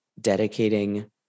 dedicating